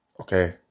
okay